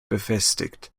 befestigt